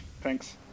Thanks